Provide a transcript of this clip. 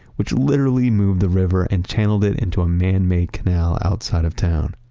which literally moved the river and channeled it into a man-made canal outside of town.